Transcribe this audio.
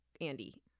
Andy